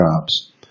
jobs